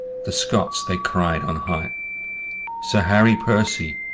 the scots they cried on hyght sir harry percy,